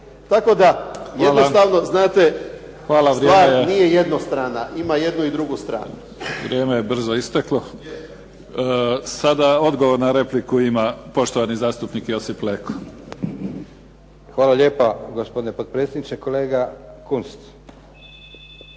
Tako da jednostavno znate stvar nije jednostrana, ima jednu i drugu stranu. **Mimica, Neven (SDP)** Hvala. Vrijeme je brzo isteklo. Sada odgovor na repliku ima poštovani zastupnik Josip Leko. **Leko, Josip (SDP)** Hvala lijepa gospodine potpredsjedniče. Kolega Kunst,